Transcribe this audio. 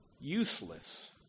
useless